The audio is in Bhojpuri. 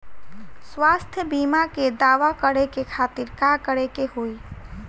स्वास्थ्य बीमा के दावा करे के खातिर का करे के होई?